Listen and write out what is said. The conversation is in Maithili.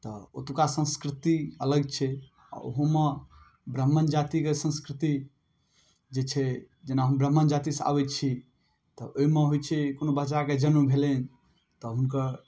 तऽ ओतुक्का संस्कृति अलग छै आ ओहूमे ब्राह्मण जातिके संस्कृति जे छै जेना हम ब्राह्मण जातिसँ आबै छी तऽ ओहिमे होइ छै कोनो बच्चाके जन्म भेलै तऽ हुनकर